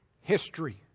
history